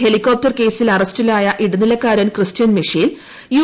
helicopter കേസിൽ അറസ്റ്റിലായ ഇടനിലക്കാരൻ ക്രിസ്റ്റ്യൻ മിഷേൽ യു